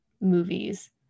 movies